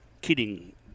kidding